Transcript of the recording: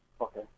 Okay